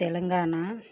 Telangana